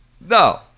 No